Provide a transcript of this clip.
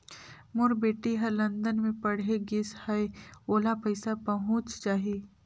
मोर बेटी हर लंदन मे पढ़े गिस हय, ओला पइसा पहुंच जाहि?